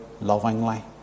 lovingly